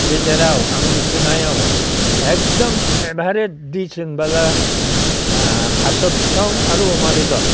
गेजेराव आं मिथिनायाव एखदम फेभारेट डिश होनब्ला थास' फिसं आरो अमा बेदर